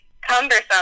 cumbersome